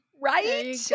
right